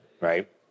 right